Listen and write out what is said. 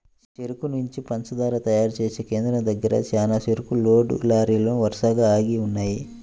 చెరుకు నుంచి పంచదార తయారు చేసే కేంద్రం దగ్గర చానా చెరుకు లోడ్ లారీలు వరసగా ఆగి ఉన్నయ్యి